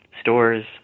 stores